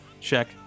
check